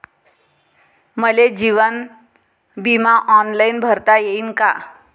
मले जीवन बिमा ऑनलाईन भरता येईन का?